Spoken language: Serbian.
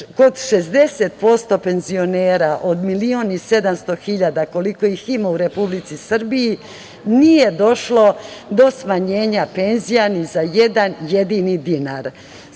kod 60% penzionera, od milion i 700 hiljada, koliko ih ima u Republici Srbiji, nije došlo do smanjenja penzija ni za jedan jedini dinar.